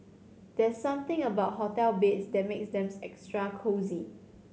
there's something about hotel beds that makes them extra cosy